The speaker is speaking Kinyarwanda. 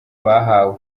bahawe